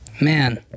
Man